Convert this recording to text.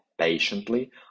patiently